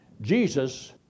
Jesus